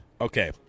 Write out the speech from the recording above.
Okay